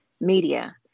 media